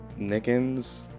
Nickens